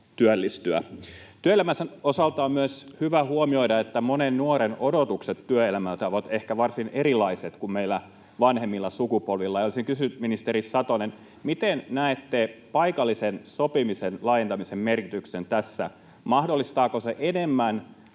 Työelämän osalta on myös hyvä huomioida, että monen nuoren odotukset työelämältä ovat ehkä varsin erilaiset kuin meillä vanhemmilla sukupolvilla. Olisin kysynyt, ministeri Satonen: Miten näette paikallisen sopimisen laajentamisen merkityksen tässä? Mahdollistaako se enemmän